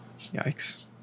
yikes